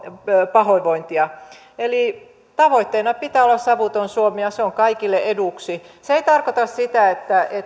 pahoinvointia eli tavoitteena pitää olla savuton suomi ja se on kaikille eduksi se ei tarkoita sitä että